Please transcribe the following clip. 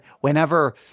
whenever